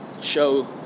show